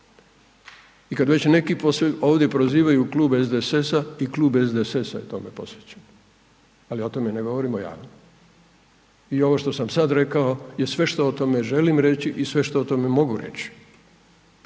I kad već neki ovdje prozivaju Klub SDSS-a i Klub SDDS-a je tome posvećen, ali o tome ne govorimo javno. I ovo što sam sad rekao je sve što o tome želim reći i sve što o tome moguć reći,